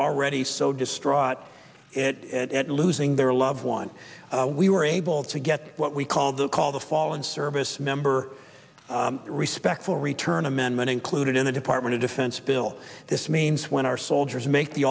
already so distraught at losing their loved one we were able to get what we called to call the fallen service member respect for return amendment included in the department of defense bill this means when our soldiers make the